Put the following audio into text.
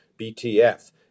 BTF